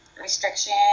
restriction